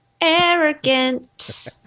arrogant